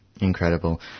Incredible